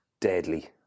deadly